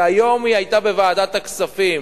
והיום היא היתה בוועדת הכספים,